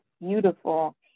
beautiful